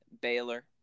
Baylor